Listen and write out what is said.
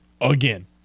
Again